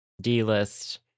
D-list